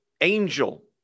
angel